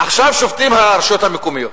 עכשיו שובתות הרשויות המקומיות.